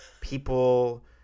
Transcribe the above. people